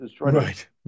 Right